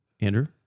Andrew